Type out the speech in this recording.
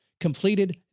Completed